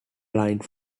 line